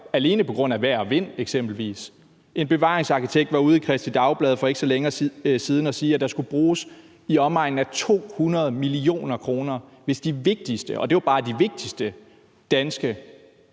alene på grund af vejr og vind eksempelvis. En bevaringsarkitekt var ude i Kristeligt Dagblad for ikke så længe siden at sige, at der skulle bruges i omegnen af 200 mio. kr., hvis de vigtigste, og det er jo bare de vigtigste, danske